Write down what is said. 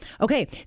Okay